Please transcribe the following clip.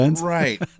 Right